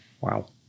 Wow